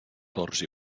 tords